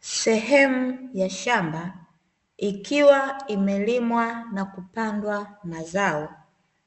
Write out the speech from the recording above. Sehemu ya shamba ikiwa imelimwa na kupandwa mazao